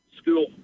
school